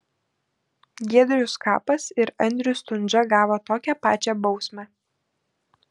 giedrius skapas ir andrius stundža gavo tokią pačią bausmę